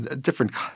different